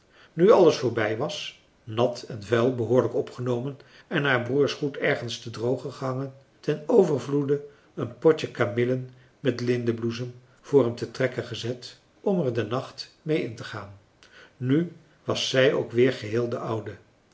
nu alles voorbij was nat en vuil behoorlijk opgenomen en haar broers goed ergens te drogen gehangen ten overvloede een potje kamillen met lindenbloesem voor hem te trekken gezet om er den nacht mee in te gaan nu was zij ook weer geheel de oude